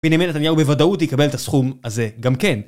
בנימין נתניהו בוודאות יקבל את הסכום הזה, גם כן.